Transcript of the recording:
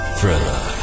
Thriller